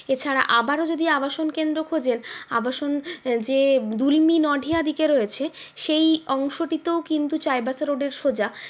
এছাড়া আবারো যদি আবাসন কেন্দ্র খোঁজেন আবাসন যে দুলমি নডিয়া দিকে রয়েছে সেই অংশটিতেও কিন্তু চাইবাসা রোডের সোজা